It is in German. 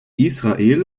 israel